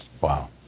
Wow